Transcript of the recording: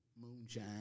moonshine